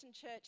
church